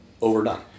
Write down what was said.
overdone